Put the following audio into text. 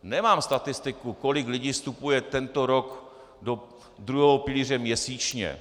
Nemám statistiku, kolik lidí vstupuje tento rok do druhého pilíře měsíčně.